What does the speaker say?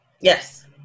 Yes